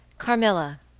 carmilla,